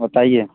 बताइए